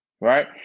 Right